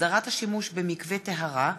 (הסדרת השימוש במקווה טהרה),